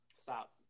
Stop